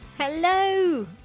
Hello